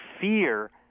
fear